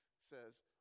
says